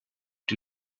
die